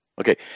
Okay